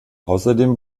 außerdem